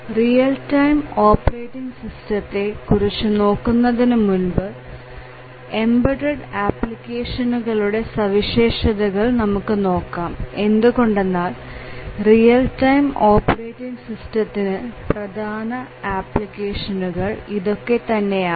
real time operating സിസ്റ്റത്തെ കുറിച്ച് നോക്കുന്നതിനു മുൻപ് ആയിട്ട് എംബഡഡ് ആപ്ലിക്കേഷനുകളുടെ സവിശേഷതകൾ നമുക്ക് നോക്കാം എന്തുകൊണ്ടെന്നാൽ റിയൽ ടൈം ഓപ്പറേറ്റിങ് സിസ്റ്റത്തിന് പ്രധാന ആപ്ലിക്കേഷനുകൾ ഇതൊക്കെ തന്നെയാണ്